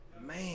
man